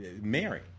marry